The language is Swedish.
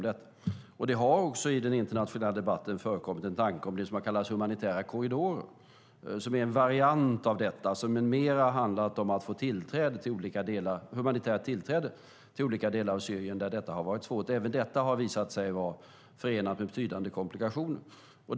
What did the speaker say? Det har i den internationella debatten förekommit en tanke om det som kallas humanitära korridorer, som är en variant av detta och som mer har handlat om att få humanitärt tillträde till olika delar av Syrien där detta har varit svårt. Även det har visat sig vara förenat med betydande komplikationer.